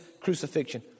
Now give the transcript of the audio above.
crucifixion